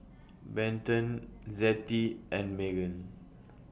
Benton Zettie and Meghan